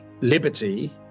liberty